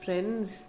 Friends